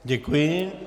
Děkuji.